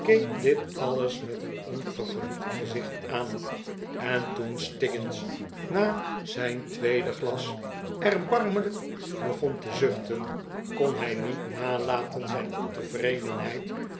dit alles met een onvergenoegd gezicht aan en toen stiggins na zijn tweede glas erbarmelijk begon te zuchten kon hij niet nalaten zijn ontevredenheid